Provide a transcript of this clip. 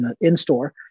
in-store